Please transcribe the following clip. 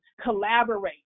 collaborate